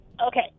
Okay